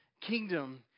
kingdom